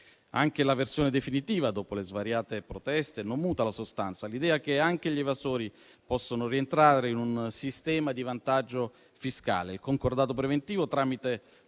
Anche la versione definitiva, dopo le svariate proteste, non muta la sostanza, l'idea che anche gli evasori possono rientrare in un sistema di vantaggio fiscale. Il concordato preventivo, tramite